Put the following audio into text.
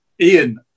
Ian